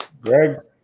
Greg